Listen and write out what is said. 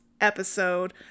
episode